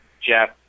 Jeff